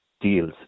deals